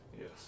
Yes